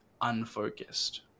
unfocused